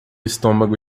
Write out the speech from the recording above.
estômago